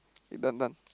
K done done